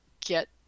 get